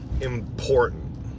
important